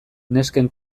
nesken